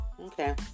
Okay